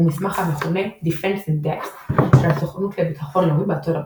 מסמך המכונה "Defense in Depth" של הסוכנות לביטחון לאומי בארצות הברית,